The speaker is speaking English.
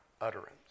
utterance